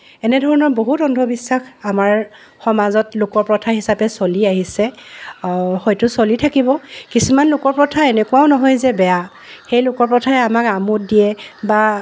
এনেধৰণৰ বহুত অন্ধবিশ্বাস আমাৰ সমাজত লোকপ্ৰথা হিচাপে চলি আহিছে হয়তো চলি থাকিব কিছুমান লোকপ্ৰথা এনেকুৱাও নহয় যে বেয়া সেই লোকপ্ৰথাই আমাক আমোদ দিয়ে বা